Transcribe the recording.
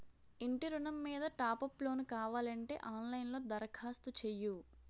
ఇంటి ఋణం మీద టాప్ అప్ లోను కావాలంటే ఆన్ లైన్ లో దరఖాస్తు చెయ్యు